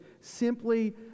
simply